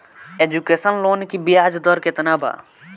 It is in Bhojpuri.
एजुकेशन लोन की ब्याज दर केतना बा?